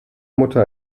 mutter